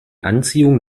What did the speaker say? anziehung